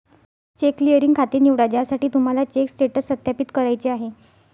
check clearing खाते निवडा ज्यासाठी तुम्हाला चेक स्टेटस सत्यापित करायचे आहे